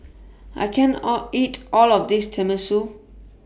I can't All eat All of This Tenmusu